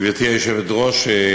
גברתי היושבת-ראש,